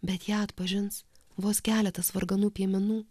bet ją atpažins vos keletas varganų piemenų